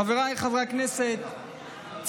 חבריי חברי הכנסת,